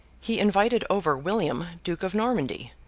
he invited over william, duke of normandy,